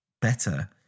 better